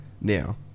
now